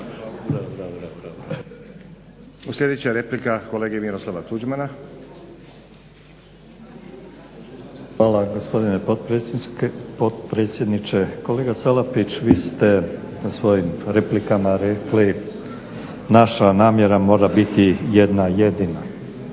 Sljedeća replika kolege Miroslava Tuđmana. **Tuđman, Miroslav (HDZ)** Hvala gospodine potpredsjedniče. Kolega Salapić, vi ste u svojim replikama rekli naša namjera mora biti jedna jedina.